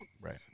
Right